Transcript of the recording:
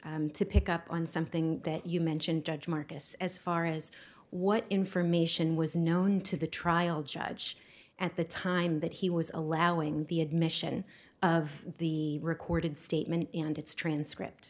to pick up on something that you mentioned judge marcus as far as what information was known to the trial judge at the time that he was allowing the admission of the recorded statement and it's transcript